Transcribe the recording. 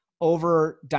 over